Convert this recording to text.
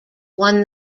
won